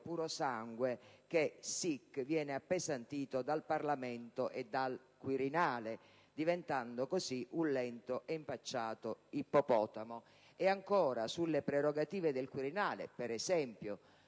purosangue che - *sic* - viene appesantito dal Parlamento e dal Quirinale, diventando così un lento e impacciato ippopotamo; e ancora, sulle prerogative del Quirinale, per esempio,